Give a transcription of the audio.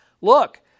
Look